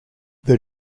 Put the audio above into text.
the